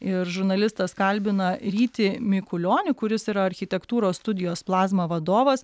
ir žurnalistas kalbina rytį mikulionį kuris yra architektūros studijos plazma vadovas